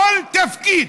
כל תפקיד,